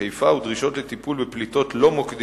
הציבור", שזו עמותה פרטית.